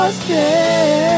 stay